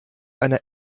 einer